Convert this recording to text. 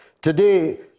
Today